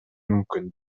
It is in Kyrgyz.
мүмкүн